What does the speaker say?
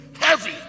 heavy